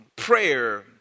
prayer